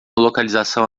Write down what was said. localização